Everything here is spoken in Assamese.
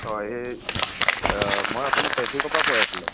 হয় এই অঁ মই আপোনাৰ ট্ৰেফিকৰপৰা কৈ আছিলোঁ